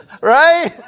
right